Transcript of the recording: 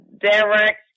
direct